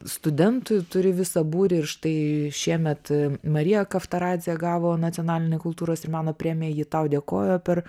studentų turi visą būrį ir štai šiemet marija kavtaradzė gavo nacionalinę kultūros ir meno premiją ji tau dėkojo per